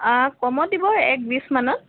কমত দিব এক বিশ মানত